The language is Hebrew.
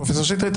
פרופ' שטרית,